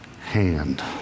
hand